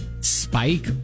spike